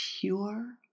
Pure